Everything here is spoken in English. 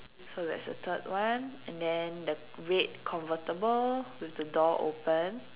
so that's the third one and then the red convertible with the door open